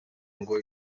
ngo